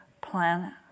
planet